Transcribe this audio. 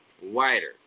wider